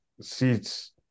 seats